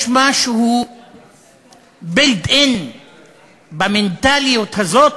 יש משהו built-in במנטליות הזאת,